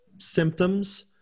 symptoms